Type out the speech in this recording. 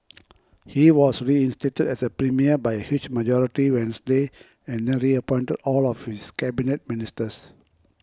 he was reinstated as a premier by a huge majority Wednesday and then reappointed all of his Cabinet Ministers